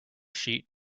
sheet